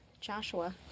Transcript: Joshua